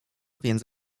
więc